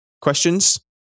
questions